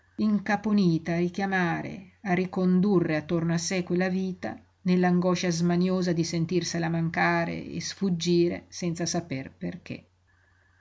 a richiamare a ricondurre attorno a sé quella vita nell'angoscia smaniosa di sentirsela mancare e sfuggire senza saper perché